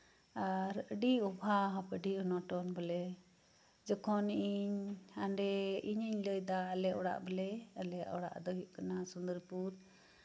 ᱟᱨ ᱟᱹᱰᱤ ᱚᱵᱷᱟᱵ ᱟᱹᱰᱤ ᱚᱱᱚᱴᱚᱱ ᱵᱚᱞᱮ ᱡᱚᱠᱷᱚᱱ ᱤᱧ ᱦᱟᱸᱰᱮ ᱤᱧᱤᱧ ᱞᱟᱹᱭᱮᱫᱟ ᱟᱞᱮ ᱚᱲᱟᱜ ᱵᱚᱞᱮ ᱟᱞᱮ ᱚᱲᱟᱜ ᱫᱚ ᱦᱩᱭᱩᱜ ᱠᱟᱱᱟ ᱥᱩᱱᱫᱚᱯᱨᱯᱩᱨ